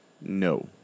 No